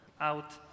out